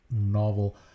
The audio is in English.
novel